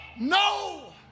No